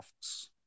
Office